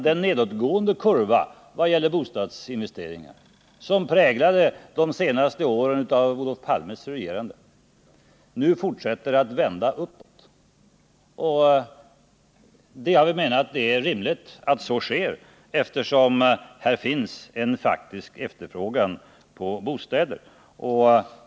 Den nedåtgående kurva för bostadsinvesteringar som präglade de senaste åren av Olof Palmes regerande har vänt uppåt. Det är rimligt att så sker, eftersom här finns en faktisk efterfrågan på bostäder.